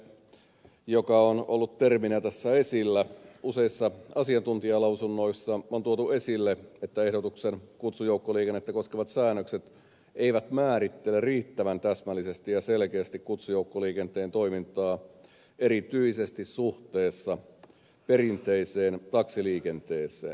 kutsujoukkoliikenteestä joka on ollut terminä tässä esillä on useissa asiantuntijalausunnoissa tuotu esille että ehdotuksen kutsujoukkoliikennettä koskevat säännökset eivät määrittele riittävän täsmällisesti ja selkeästi kutsujoukkoliikenteen toimintaa erityisesti suhteessa perinteiseen taksiliikenteeseen